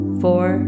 four